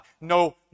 no